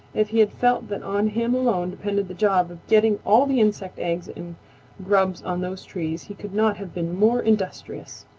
if he had felt that on him alone depended the job of getting all the insect eggs and grubs on those trees he could not have been more industrious.